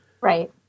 Right